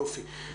יופי.